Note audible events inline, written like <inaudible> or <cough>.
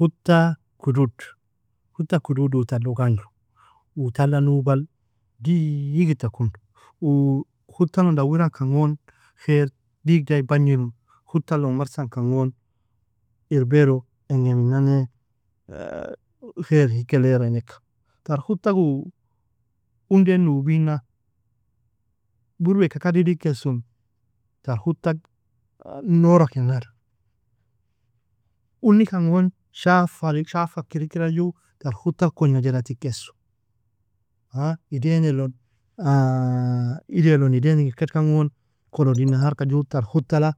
Houta kudud, houta kudud uu talog agnru, uu tal nubal digita kon uu houtalon dawiag kan gon kher digdaai bagniru, houtalon marsan kan gon irbero engemin nane kher hikelere ineke, tar houtak uu undie nubina burweka kadd idekeson, tar houtak nooraker nalu, unikan gon shafe shafeak irikireda ju tar houtal kognga jelyatikeso, <hesitation> ideanelon <hesitation> iddelon idaineka idkan gon <noise> kolodin naharka ju tar huttala